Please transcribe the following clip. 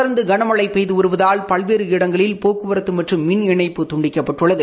தொடர்ந்து கனமழை பெய்து வருவதால் பல்வேறு இடங்களில் போக்குவரத்து மற்றும் மின் இணைப்பு துண்டிக்கப்பட்டுள்ளது